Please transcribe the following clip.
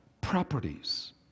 properties